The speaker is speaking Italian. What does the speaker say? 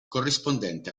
corrispondente